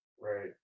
right